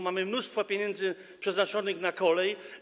Mamy mnóstwo pieniędzy przeznaczonych na kolej.